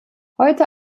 heute